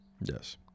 Yes